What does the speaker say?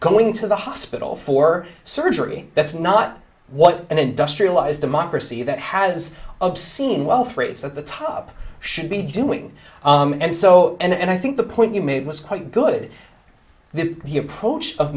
going to the hospital for surgery that's not what an industrialized democracy that has obscene wealth rates at the top should be doing and so and i think the point you made was quite good the the approach of